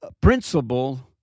principle